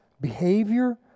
behavior